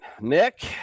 Nick